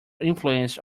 influence